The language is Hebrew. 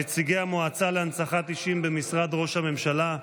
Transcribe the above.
נציגי המועצה להנצחת אישים במשרד ראש הממשלה,